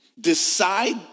Decide